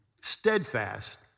steadfast